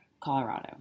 Colorado